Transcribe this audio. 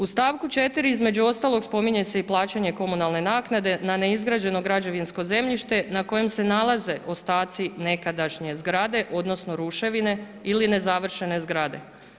U stavku 4 između ostalog spominje se i plaćanje komunalne naknade na neizgrađeno građevinskog zemljište na kojem se nalaze ostaci nekadašnje zgrade, odnosno, ruševine ili nezavršene zgrade.